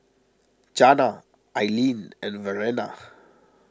Janna Ailene and Verena